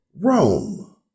Rome